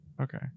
Okay